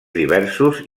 diversos